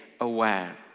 aware